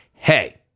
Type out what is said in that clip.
Hey